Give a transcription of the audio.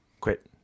quit